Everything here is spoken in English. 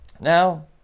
Now